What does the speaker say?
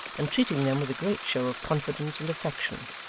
and treating them with a great show of confidence and affection.